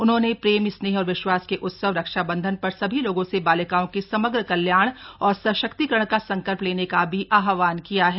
उन्होंने प्रेम स्नेह और विश्वास के उत्सव रक्षाबंधन पर सभी लोगों से बालिकाओं के समग्र कल्याण और सशक्तीकरण का संकल्प लेने का भी आवहन किया है